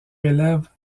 élèves